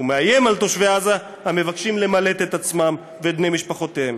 ומאיים על תושבי עזה המבקשים למלט את עצמם ואת בני משפחותיהם,